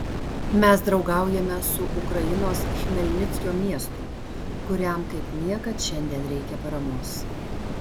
mes draugaujame su ukrainos chmelnickio miestu kuriam kaip niekad šiandien reikia paramos